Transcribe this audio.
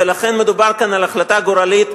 ולכן מדובר כאן על החלטה גורלית,